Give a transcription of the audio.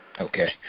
Okay